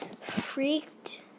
Freaked